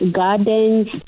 gardens